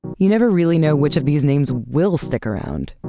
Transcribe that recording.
you never really know which of these names will stick around.